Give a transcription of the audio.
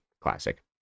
Classic